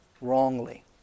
wrongly